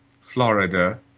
Florida